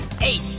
Eight